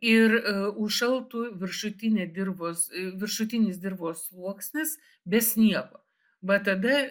ir užšaltų viršutinė dirvos viršutinis dirvos sluoksnis be sniego va tada